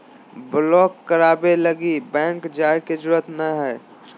block कराबे लगी bank जाय के जरूरत नयय हइ